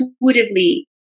intuitively